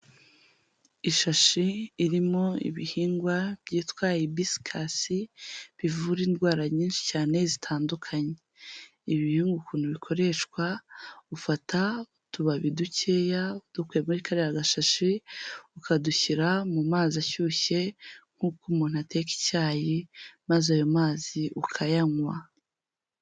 Ishashi irimo ibihingwa byitwa ibisikasi, bivura indwara nyinshi cyane zitandukanye. Ibi bihingwa ukuntu bikoreshwa, ufata utubabi dukeya udukuye muri kariya gashashi, ukadushyira mu mazi ashyushye nk'uko umuntu ateka icyayi maze ayo mazi ukayanywa.